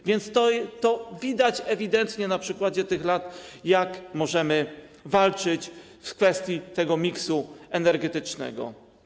A więc widać ewidentnie na przykładzie tych lat, jak możemy walczyć w kwestii tego miksu energetycznego.